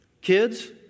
kids